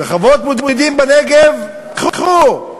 וחוות בודדים בנגב, קחו,